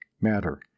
matter